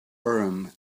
urim